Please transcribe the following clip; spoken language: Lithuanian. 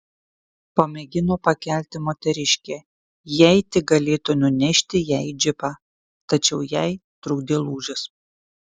pamėgino pakelti moteriškę jei tik galėtų nunešti ją į džipą tačiau jai trukdė lūžis